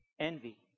Envy